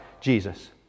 Jesus